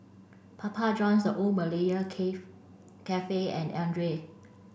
Papa Johns The Old Malaya cave Cafe and Andre